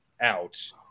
out